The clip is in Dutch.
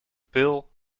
pil